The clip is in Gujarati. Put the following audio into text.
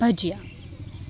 ભજીયા